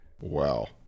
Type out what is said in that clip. Wow